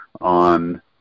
on